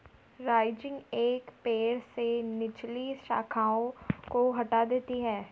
rising एक पेड़ से निचली शाखाओं को हटा देता है